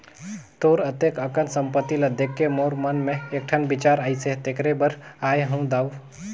तोर अतेक अकन संपत्ति ल देखके मोर मन मे एकठन बिचार आइसे तेखरे बर आये हो दाऊ